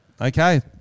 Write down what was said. Okay